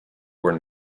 were